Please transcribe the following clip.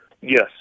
yes